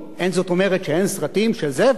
אין זאת אומרת שאין סרטים של זבל,